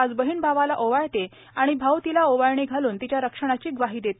आज बहीण भावाला ओवाळते आणि भाऊ तिला ओवाळणी घालून तिच्या रक्षणाची ग्वाही देतो